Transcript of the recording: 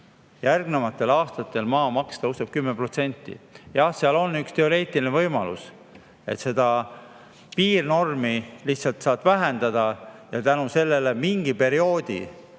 järgnevatel aastatel maamaks tõuseb 10%. Jah, seal on teoreetiline võimalus, et seda piirnormi sa saad vähendada ja tänu sellele saad mingil perioodil